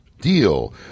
Deal